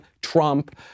Trump